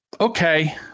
Okay